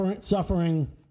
suffering